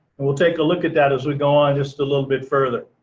and we'll take a look at that as we go on just a little bit further.